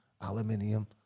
aluminium